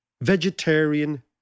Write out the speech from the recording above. vegetarian